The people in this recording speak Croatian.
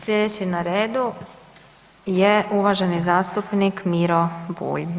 Sljedeći na redu je uvaženi zastupnik Miro Bulj.